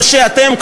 או שאתם,